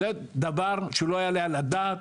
אז זה דבר שלא יעלה על הדעת.